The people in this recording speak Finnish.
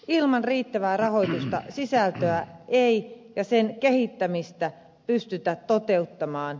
ilman riittävää rahoitusta sisältöä ja sen kehittämistä ei pystytä parantamaan